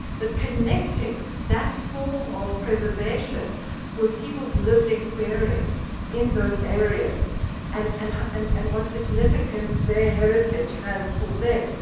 but connecting that form of preservation with people's lived experience in those areas and and and and what significance their heritage has for them,